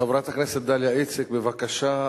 חברת הכנסת דליה איציק, בבקשה.